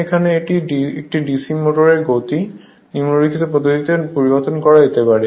এখানে একটি DC মোটরের গতি নিম্নলিখিত পদ্ধতিতে পরিবর্তন করা যেতে পারে